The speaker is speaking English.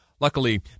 Luckily